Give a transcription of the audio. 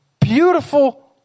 beautiful